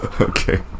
Okay